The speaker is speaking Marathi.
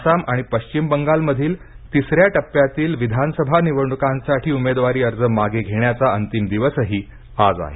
आसाम आणि पक्षिम बंगालमधील तिसऱ्या टप्प्यातील विधानसभा निवडणुकांसाठी उमेदवारी अर्ज मागे घेण्याचा अंतिम दिवसही आज आहे